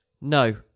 No